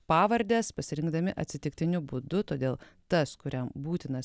pavardes pasirinkdami atsitiktiniu būdu todėl tas kuriam būtinas